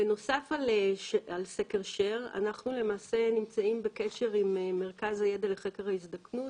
בנוסף על סקר share אנחנו נמצאים בקשר עם מרכז הידע לחקר ההזדקנות